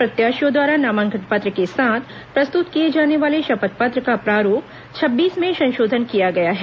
प्रत्याशियों द्वारा नामांकन पत्र के साथ प्रस्तुत किए जाने वाले शपथ पत्र का प्रारूप छब्बीस में संशोधन किया गया है